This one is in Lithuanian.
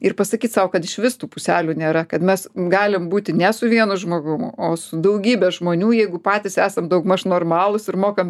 ir pasakyt sau kad išvis tų puselių nėra kad mes galim būti ne su vienu žmogum o su daugybe žmonių jeigu patys esam daugmaž normalūs ir mokam